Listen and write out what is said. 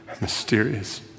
mysterious